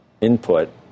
input